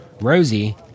Rosie